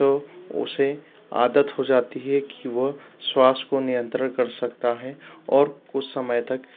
तो उसे आदत हो जाती है कि वह श्वास को नियंत्रण कर सकता है और कुछ समय तक